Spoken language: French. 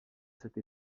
cette